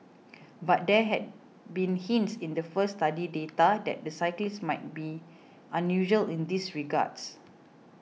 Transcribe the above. but there had been hints in the first study's data that the cyclists might be unusual in these regards